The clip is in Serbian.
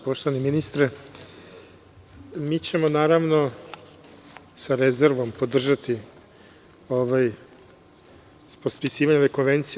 Poštovani ministre, mi ćemo, naravno sa rezervom, podržati potpisivanje ove konvencije.